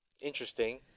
Interesting